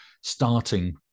starting